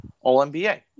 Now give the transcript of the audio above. All-NBA